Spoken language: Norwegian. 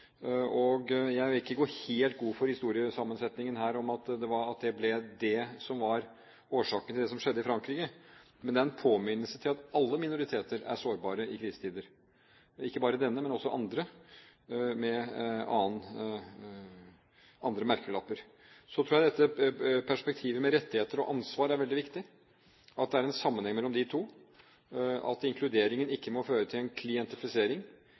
Jeg vil ikke gå helt god for historiesammensetningen her, at det var det som var årsaken til det som skjedde i Frankrike, men det er en påminnelse om at alle minoriteter er sårbare i krisetider – ikke bare denne, men også andre, med andre merkelapper. Så tror jeg dette perspektivet med rettigheter og ansvar er veldig viktig, at det er en sammenheng mellom de to, at inkluderingen ikke må føre til en klientifisering